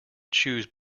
choose